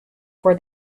for